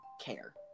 care